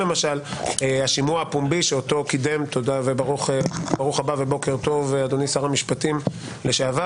ברוך הבא ובוקר טוב אדוני שר המשפטים לשעבר